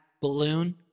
balloon